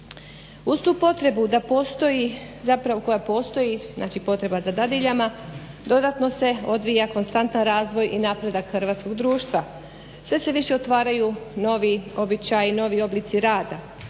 Uz tu potrebu da postoji, zapravo koja postoji, znači potreba za dadiljama dodatno se odvija konstantan razvoj i napredak hrvatskog društva, sve se više otvaraju novi običaji, novi oblici rada,